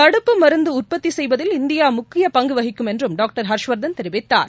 தடுப்பு மருந்த உற்பத்தி யெவதிால் இந்தியா முக்கிய பங்கு வகிக்கும் என்றும் டாங்டர் ஹர்ஷவர்தன் தெரிவித்தார்